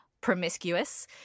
promiscuous